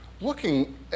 looking